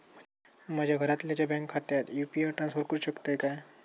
माझ्या घरातल्याच्या बँक खात्यात यू.पी.आय ट्रान्स्फर करुक शकतय काय?